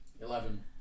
Eleven